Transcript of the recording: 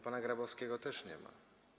Pana Grabowskiego też nie ma.